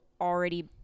already